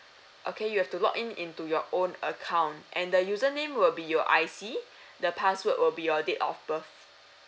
okay you have to log in into your own account and the username will be your I_C the password will be your date of birth